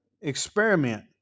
experiment